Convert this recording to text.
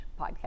podcast